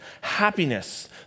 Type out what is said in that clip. Happiness